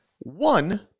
One